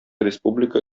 республика